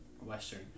Western